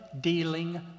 dealing